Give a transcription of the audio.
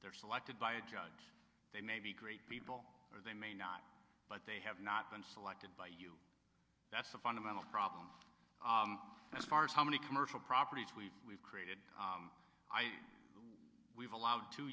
they're selected by a judge they may be great people or they may not but they have not been selected by you that's the fundamental problem as far as how many commercial properties we we've created we've allowed to